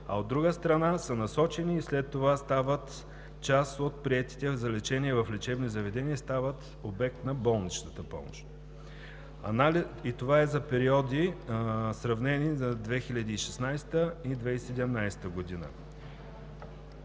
а от друга страна, са насочени и след това стават част от приетите за лечение в лечебни заведения и стават обект на болничната помощ. Това е за сравнени периоди за 2016 г. и 2017 г.